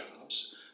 jobs